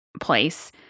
place